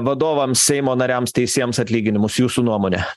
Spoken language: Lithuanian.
vadovams seimo nariams teisėjams atlyginimus jūsų nuomone